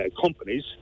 companies